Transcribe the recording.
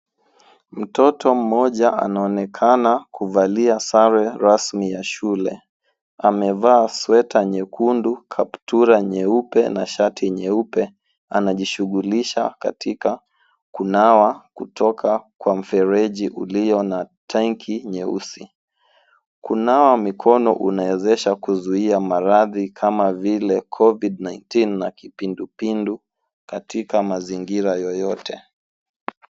Mtoto mmoja anaonekana kuvalia sare rasmi ya shule. Amevaa sweta nyekundu, kaptura nyeupe, na shati nyeupe. Anajishughulisha katika kunawa kutoka kwa mfereji uliyo na tanki nyeusi. Kunawa mikono unawezesha kuzuia maradhi kama vile covid-19 na kipindupindu, katika mazingira yoyote.